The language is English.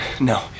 no